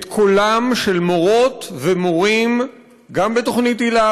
את קולם של מורות ומורים גם בתוכנית היל"ה